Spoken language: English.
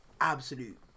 absolute